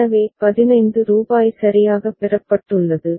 எனவே ரூபாய் 15 சரியாக பெறப்பட்டுள்ளது